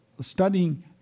studying